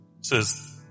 says